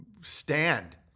stand